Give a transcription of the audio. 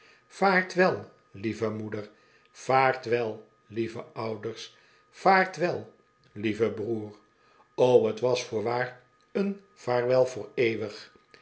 wederzien vaartwel lieve moeder vaartwel lieve ouders vaart wel lieve broer o t was voorwaar een vaartwel voor eeuwig